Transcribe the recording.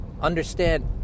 understand